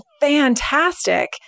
fantastic